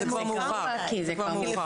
וזה כבר מאוחר.